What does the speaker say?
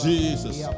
Jesus